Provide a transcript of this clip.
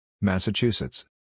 Massachusetts